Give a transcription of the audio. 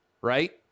right